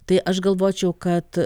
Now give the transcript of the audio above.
tai aš galvočiau kad